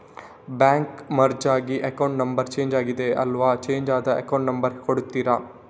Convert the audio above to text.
Bank merge ಆಗಿ account number change ಆಗಿದೆ ಅಲ್ವಾ, ಚೇಂಜ್ ಆದ ಅಕೌಂಟ್ ನಂಬರ್ ಕೊಡ್ತೀರಾ?